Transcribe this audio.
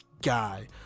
guy